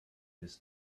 this